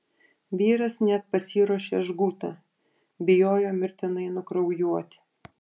vyras net pasiruošė žgutą bijojo mirtinai nukraujuoti